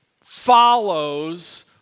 follows